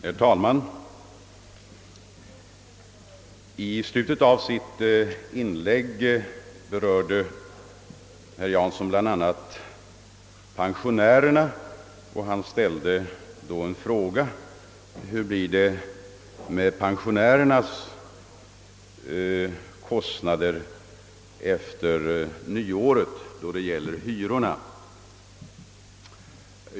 Herr talman! Herr Jansson berörde i slutet av sitt anförande bl.a. pensionärernas situation och ställde en fråga om vilka hyreskostnader de får efter nyåret.